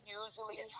usually